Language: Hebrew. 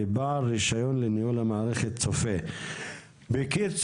רישיון לניהול המערכת צופה --- בקיצור,